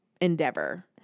endeavor